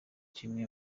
kimwe